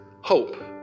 hope